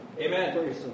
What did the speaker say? Amen